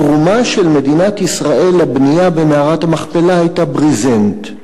התרומה של מדינת ישראל לבנייה במערת המכפלה היתה ברזנט.